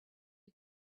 you